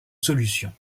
solution